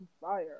fire